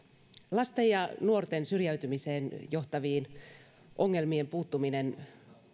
lasten ja nuorten syrjäytymiseen johtaviin ongelmiin puuttuminen